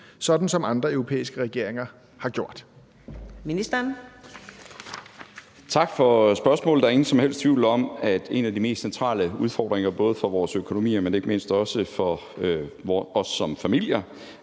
sådan som andre europæiske regeringer har gjort?